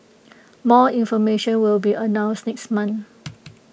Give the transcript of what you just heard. more information will be announced next month